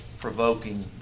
provoking